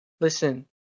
listen